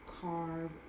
carve